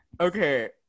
Okay